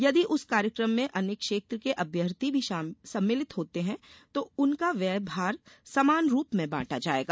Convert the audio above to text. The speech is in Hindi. यदि उस कार्यक्रम में अन्य क्षेत्र के अम्यर्थी भी सम्मिलित होते हैं तो उनका व्यय भार समान रूप में बांटा जायेगा